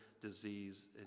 disease